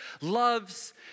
loves